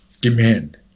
demand